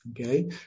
Okay